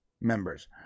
members